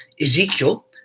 ezekiel